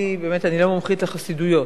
אני לא מומחית לחסידויות,